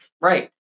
Right